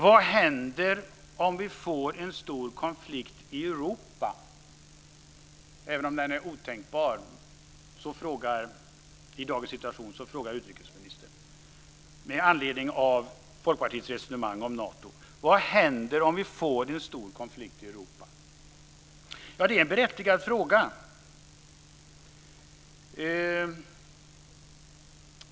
Vad händer som vi får en stor konflikt i Europa, även om den är otänkbar i dagens situation? Så frågar utrikesministern med anledning om Folkpartiets resonemang om Nato. Vad händer om vi får en stor konflikt i Europa? Det är en berättigad fråga.